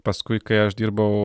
paskui kai aš dirbau